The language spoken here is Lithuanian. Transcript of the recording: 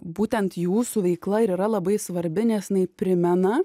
būtent jūsų veikla ir yra labai svarbi nes jinai primena